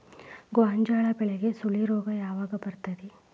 ಗೋಂಜಾಳ ಬೆಳೆಗೆ ಸುಳಿ ರೋಗ ಯಾವಾಗ ಬರುತ್ತದೆ?